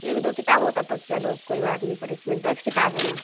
ایک دو کتاب ہوتا تو چلو کوئی بات نہیں پر اس میں دس کتاب ہے نا